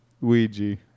Ouija